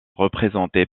représentés